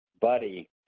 buddy